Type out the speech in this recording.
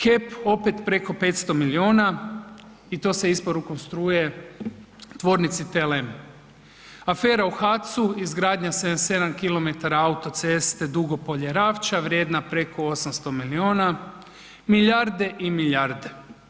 HEP opet preko 500 miliona i to sa isporukom struje tvornici TLM, afera u HAC-u izgradnja 77 km autoceste Dugopolje – Ravča vrijedna preko 800 miliona, milijarde i milijarde.